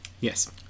yes